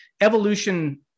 evolution